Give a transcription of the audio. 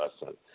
lesson